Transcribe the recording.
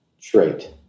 trait